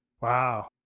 Wow